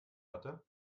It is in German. hatte